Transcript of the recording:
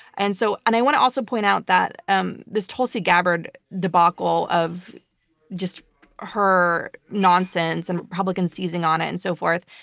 and so and i want to also point out that um this tulsi gabbard debacle of just her nonsense and republicans seizing on it and so forth,